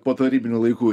po tarybinių laikų